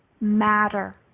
matter